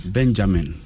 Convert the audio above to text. Benjamin